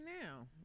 now